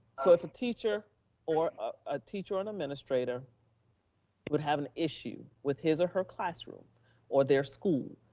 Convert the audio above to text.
so if a teacher or a teacher, or an administrator would have an issue with his or her classroom or their school,